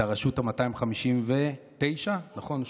יש את הרשות ה-259, נכון?